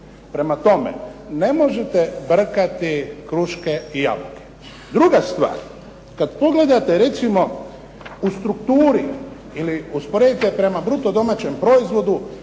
Prema tome, ne možete brkati kruške i jabuke. Druga stvar, kad pogledate recimo u strukturi ili usporedite prema BDP-u koliko